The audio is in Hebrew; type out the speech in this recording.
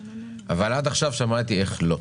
אבל עד עכשיו שמעתי איך לא.